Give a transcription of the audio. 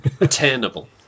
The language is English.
attainable